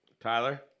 Tyler